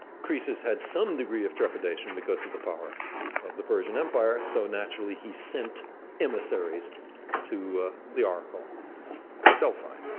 croesus had some degree of trepidation because of the power of the persian empire so naturally, he sent emissaries to the oracle delphi.